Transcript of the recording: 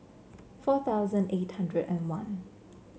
four thousand eight hundred and one